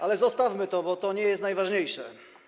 Ale zostawmy to, bo to nie jest najważniejsze.